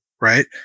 right